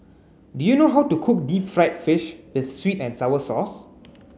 do you know how to cook deep fried fish with sweet and sour sauce